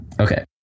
Okay